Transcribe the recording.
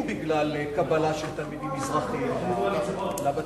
בגלל קבלה של תלמידים מזרחיים לבתי-הספר.